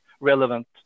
relevant